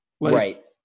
right